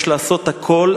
יש לעשות הכול,